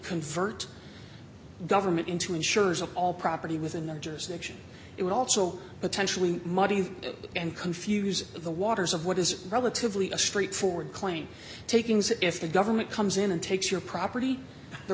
convert government into insurers of all property within their jurisdiction it would also potentially muddy and confuse the waters of what is relatively a straightforward claim takings if the government comes in and takes your property the